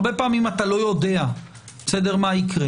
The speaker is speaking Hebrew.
הרבה פעמים אתה לא יודע מה יקרה.